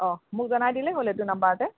অঁ মোক জনাই দিলে হ'ল এইটো নাম্বাৰতে